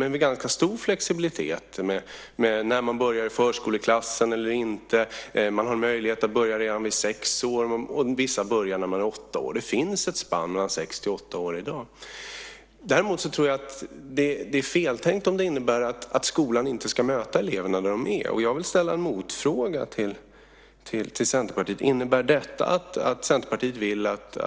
Det finns ganska stor flexibilitet för när man börjar i förskoleklassen eller inte. Man har möjlighet att börja redan vid sex år. Vissa börjar när de är åtta år. Det finns ett spann mellan sex och åtta år i dag. Däremot tror jag att det är feltänkt om det innebär att skolan inte ska möta eleverna där de är. Jag vill ställa en motfråga till Centerpartiet. Innebär detta att Centerpartiet inte anser